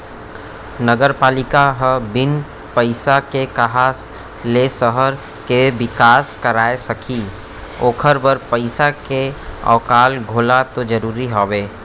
नगरपालिका ह बिन पइसा के काँहा ले सहर के बिकास कराय सकही ओखर बर पइसा के आवक घलौ तो जरूरी हवय